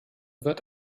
wird